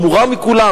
המורם מכולם,